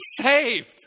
saved